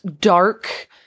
dark